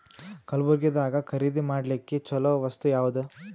ಕಲಬುರ್ಗಿದಾಗ ಖರೀದಿ ಮಾಡ್ಲಿಕ್ಕಿ ಚಲೋ ವಸ್ತು ಯಾವಾದು?